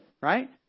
right